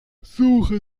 suche